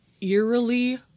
eerily